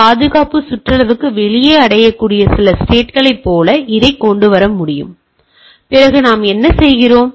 பாதுகாப்பு சுற்றளவுக்கு வெளியே அடையக்கூடிய சில ஸ்டேட்களைப் போல இதைக் கொண்டு வர முடியும் பிறகு நாம் என்ன சொல்கிறோம்